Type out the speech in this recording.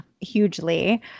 Hugely